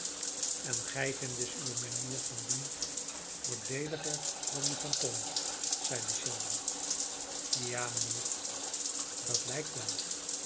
en gij vindt dus uwe manier van doen voordeeliger dan die van tom zeide shelby ja mijnheer dat lijkt wel